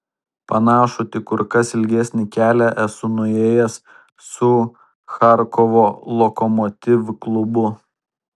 panašų tik kur kas ilgesnį kelią esu nuėjęs su charkovo lokomotiv klubu